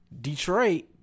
Detroit